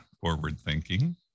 forward-thinking